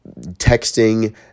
texting